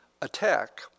attack